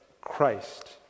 Christ